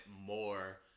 more